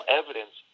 evidence